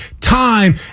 time